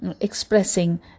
expressing